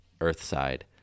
earthside